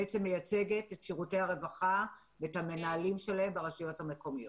מייצגת את שירותי הרווחה ואת המנהלים שלהם ברשויות המקומיות.